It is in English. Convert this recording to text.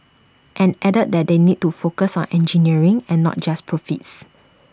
and added that they need to focus on engineering and not just profits